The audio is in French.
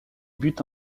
but